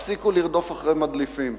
תפסיקו לרדוף אחרי מדליפים.